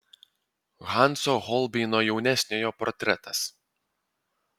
hanso holbeino jaunesniojo portretas